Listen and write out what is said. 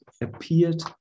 appeared